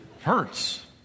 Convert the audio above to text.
Hurts